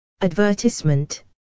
Advertisement